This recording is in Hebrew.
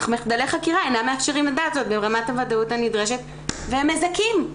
אך מחדלי חקירה אינם מאפשרים לדעת זאת ברמת הוודאות הנדרשת' והם מזכים.